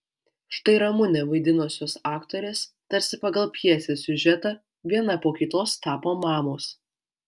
štai ramunę vaidinusios aktorės tarsi pagal pjesės siužetą viena po kitos tapo mamos